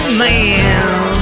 man